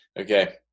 Okay